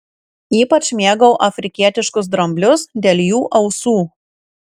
ypač mėgau afrikietiškus dramblius dėl jų ausų